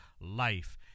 life